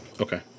Okay